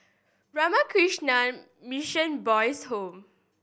Ramakrishna Mission Boys' Home